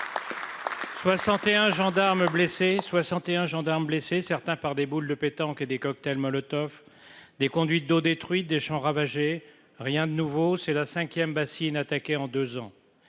61 gendarmes blessés, certains par des boules de pétanque et des cocktails Molotov, des conduites d'eau détruit des champs ravagés, rien de nouveau, c'est la 5ème bassine attaqué en 2 ans,